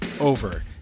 over